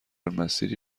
مسیری